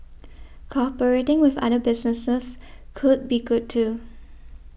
cooperating with other businesses could be good too